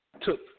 took